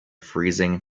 freezing